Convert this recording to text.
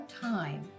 time